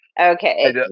Okay